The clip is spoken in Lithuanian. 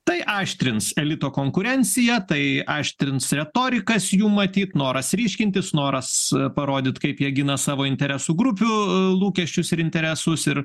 tai aštrins elito konkurenciją tai aštrins retorikas jų matyt noras ryškintis noras parodyt kaip jie gina savo interesų grupių lūkesčius ir interesus ir